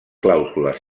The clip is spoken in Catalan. clàusules